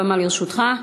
הבמה לרשותך,